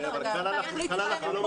הלוחות.